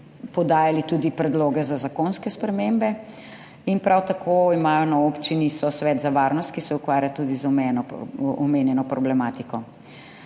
podajali tudi predloge za zakonske spremembe. Prav tako imajo na občini svoj svet za varnost, ki se ukvarja tudi z omenjeno problematiko.